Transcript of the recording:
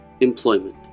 Employment